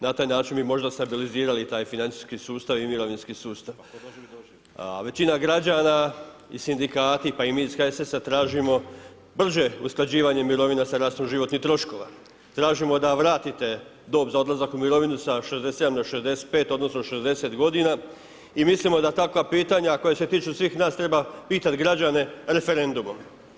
Na taj način bi možda stabilizirali taj financijski sustav i mirovinski sustav, a većina građana i sindikati pa i mi iz HSS-a tražimo brže usklađivanje mirovina sa rastom životnih troškova, tražimo da vratite dob za odlazak u mirovinu sa 67 na 65, odnosno 60 godina i mislimo da takva pitanja koja se tiču svih nas treba pitat građane referendumom.